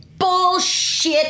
bullshit